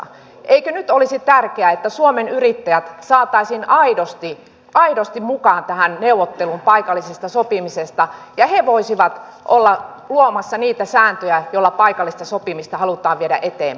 eikö nyt olisi tärkeää että suomen yrittäjät saataisiin aidosti mukaan tähän neuvotteluun paikallisesta sopimisesta ja he voisivat olla luomassa niitä sääntöjä joilla paikallista sopimista halutaan viedä eteenpäin